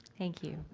thank you.